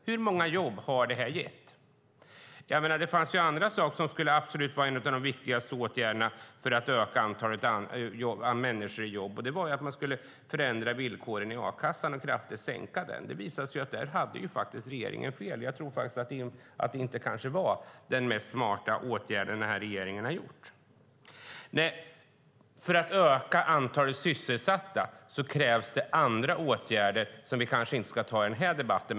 Hur många jobb har alltså det här gett? Det fanns ju annat som skulle vara en av de absolut viktigaste åtgärderna för att öka antalet människor i jobb, nämligen att förändra villkoren i a-kassan och kraftigt sänka ersättningen. Det visar sig att regeringen hade fel där. Jag tror att det inte var den smartaste åtgärden som den här regeringen har vidtagit. Nej, för att öka antalet sysselsatta krävs det andra åtgärder. Dessa ska vi kanske inte ta upp i den här debatten.